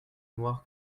noires